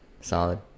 solid